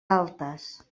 altas